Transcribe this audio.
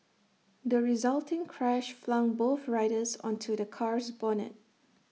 the resulting crash flung both riders onto the car's bonnet